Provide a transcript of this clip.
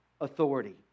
authority